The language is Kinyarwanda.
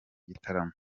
gitarama